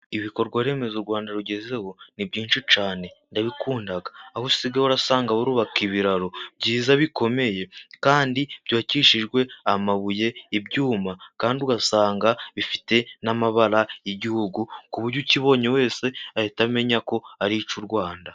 Ibikorwa remezo u Rwanda rugezeho ni byinshi cyane ndabikunda, aho usigaye urasanga bubaka ibiraro byiza bikomeye, kandi byubakishijwe amabuye, ibyuma, kandi ugasanga bifite n'amabara y'igihugu, ku buryo ukibonye wese ahita amenya ko aricy' u Rwanda.